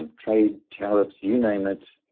um trade, tariffs, you name it.